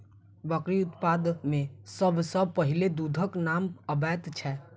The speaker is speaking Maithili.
बकरी उत्पाद मे सभ सॅ पहिले दूधक नाम अबैत छै